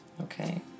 Okay